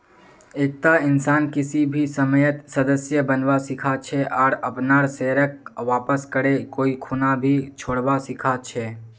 एकता इंसान किसी भी समयेत सदस्य बनवा सीखा छे आर अपनार शेयरक वापस करे कोई खूना भी छोरवा सीखा छै